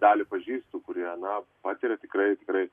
dalį pažįstu kurie na patiria tikrai tikrai